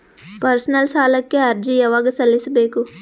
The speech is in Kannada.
ಪರ್ಸನಲ್ ಸಾಲಕ್ಕೆ ಅರ್ಜಿ ಯವಾಗ ಸಲ್ಲಿಸಬೇಕು?